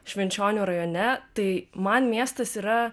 švenčionių rajone tai man miestas yra